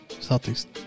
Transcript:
Southeast